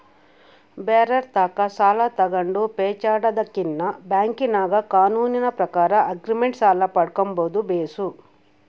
ಬ್ಯಾರೆರ್ ತಾಕ ಸಾಲ ತಗಂಡು ಪೇಚಾಡದಕಿನ್ನ ಬ್ಯಾಂಕಿನಾಗ ಕಾನೂನಿನ ಪ್ರಕಾರ ಆಗ್ರಿಮೆಂಟ್ ಸಾಲ ಪಡ್ಕಂಬದು ಬೇಸು